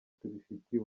tubifitiye